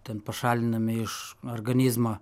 ten pašalinami iš organizmo